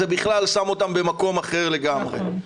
זה בכלל שם אותם במקום אחר לגמרי.